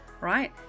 right